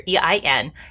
EIN